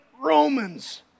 Romans